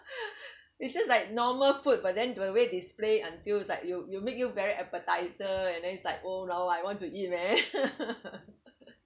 it's just like normal food but then when they display until it's like will will make you very appetizer and then it's like oh now I want to eat man